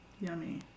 Yummy